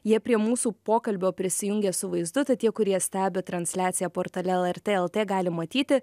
jie prie mūsų pokalbio prisijungė su vaizdu tad tie kurie stebi transliaciją portale lrt lt gali matyti